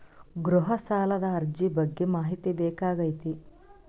ಗೃಹ ಸಾಲದ ಅರ್ಜಿ ಬಗ್ಗೆ ಮಾಹಿತಿ ಬೇಕಾಗೈತಿ?